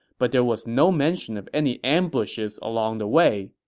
but there was no mention of any ambushes along the way.